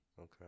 Okay